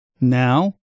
Now